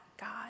God